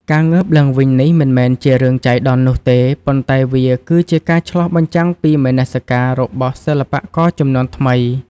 ការងើបឡើងវិញនេះមិនមែនជារឿងចៃដន្យនោះទេ ប៉ុន្តែវាគឺជាការឆ្លុះបញ្ចាំងពីមនសិការរបស់សិល្បករជំនាន់ថ្មី។